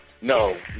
No